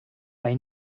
bei